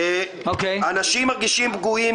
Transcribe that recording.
"אנשים מרגישים פגועים.